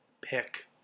pick